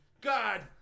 God